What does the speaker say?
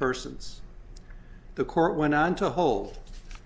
persons the court went on to hold